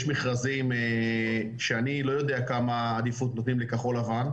יש מכרזים שאני לא יודע כמה עדיפות נותנים לכחול-לבן,